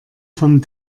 vom